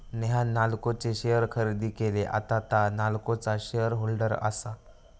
नेहान नाल्को चे शेअर खरेदी केले, आता तां नाल्कोचा शेअर होल्डर आसा